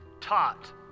taught